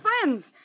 friends